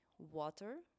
Water